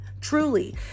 truly